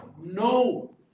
No